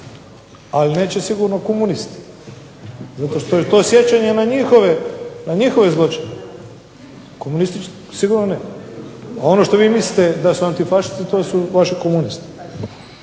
ali neće sigurno komunisti zato što je to sjećanje na njihove zločine, komunisti sigurno ne. A ono što vi mislite da su antifašisti to su vaši komunisti.